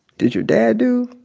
did your dad do?